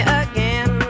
again